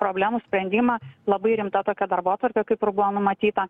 problemų sprendimą labai rimta tokia darbotvarkė kaip ir buvo numatyta